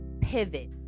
pivot